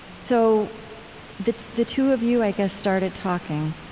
so the the two of you, i guess, started talking,